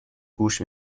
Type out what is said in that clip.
گوش